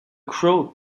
crow